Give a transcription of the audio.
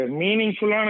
meaningful